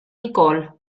nicole